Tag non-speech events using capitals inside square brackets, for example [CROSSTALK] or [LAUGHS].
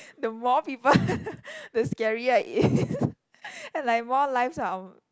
the more people [LAUGHS] the scarier it is and like more lives are on